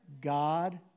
God